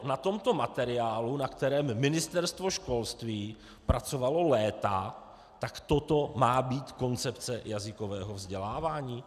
Na tomto materiálu, na kterém Ministerstvo školství pracovalo léta, tak toto má být koncepce jazykového vzdělávání?